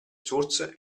source